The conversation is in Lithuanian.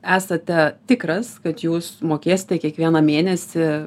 esate tikras kad jūs mokėsite kiekvieną mėnesį